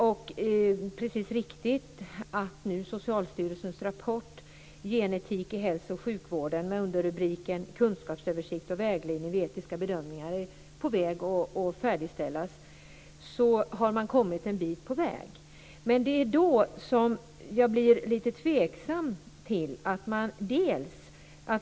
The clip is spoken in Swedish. Det är riktigt att Socialstyrelsens rapport Genetik i hälso och sjukvården, med underrubriken kunskapsöversikt och vägledning vid etiska bedömningar nu är på väg att färdigställas. Då har man kommit en bit på väg. Det är då jag blir lite tveksam.